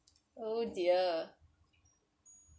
oh dear